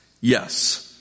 Yes